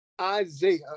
Isaiah